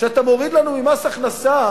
שאתה מוריד לנו ממס הכנסה,